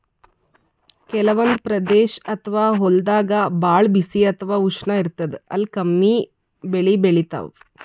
ಕೆಲವಂದ್ ಪ್ರದೇಶ್ ಅಥವಾ ಹೊಲ್ದಾಗ ಭಾಳ್ ಬಿಸಿ ಅಥವಾ ಉಷ್ಣ ಇರ್ತದ್ ಅಲ್ಲಿ ಕಮ್ಮಿ ಬೆಳಿ ಬೆಳಿತಾವ್